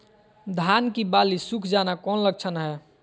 धान की बाली सुख जाना कौन लक्षण हैं?